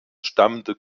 stammende